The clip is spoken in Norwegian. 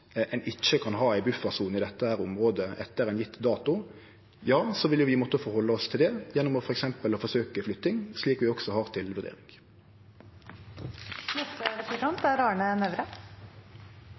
ein ikkje kan ha ei buffersone i dette området etter ein gjeven dato, vil vi måtte ta høgd for det gjennom f.eks. å forsøke flytting, slik vi også har